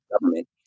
government